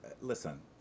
listen